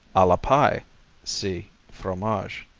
a la pie see fromage.